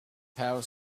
power